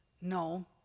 No